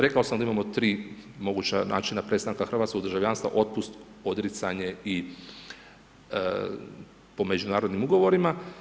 Rekao sam da imamo 3 moguća načina prestanka hrvatskog državljanstva, otpust, odricanje i po međunarodnim ugovorima.